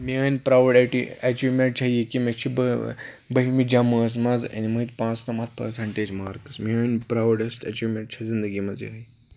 میٲنۍ proudest achievement چھےٚ یہِ کہِ مےٚ چھِ بٔہمہِ جَمٲژ مَنٛز أنمٕتۍ پانٛژھ نَمَتھ پٔرٚسنٹیج مارکٕس میٲنٛۍ پراوُڈیٚسٹ أچیٖومنٛٹ چھِ زِندٕگی منٛز یِہے